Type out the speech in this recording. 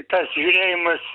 tas žiūrėjimas